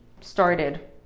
started